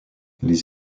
les